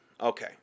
Okay